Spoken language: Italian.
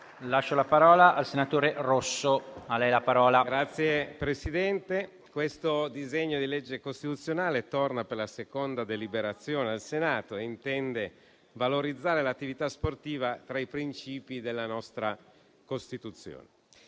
questo disegno di legge costituzionale torna per la seconda deliberazione al Senato, con l'intento di valorizzare l'attività sportiva tra i principi della nostra Costituzione.